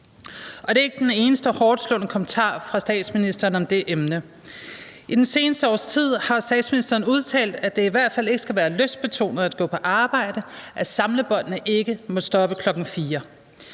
Det er ikke den eneste hårdtslående kommentar fra statsministeren om det emne. I det seneste års tid har statsministeren udtalt, at det i hvert fald ikke skal være lystbetonet at gå på arbejde, at samlebåndene ikke må stoppe kl.